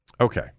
Okay